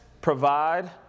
provide